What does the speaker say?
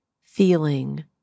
feeling